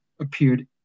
appeared